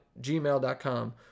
gmail.com